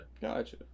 Gotcha